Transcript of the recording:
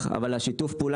זה עשינו לפני עשר שנים,